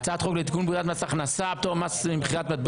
הצעת חוק לתיקון פקודת מס הכנסה (פטור ממס במכירת מטבעות